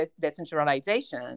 decentralization